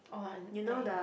oh I I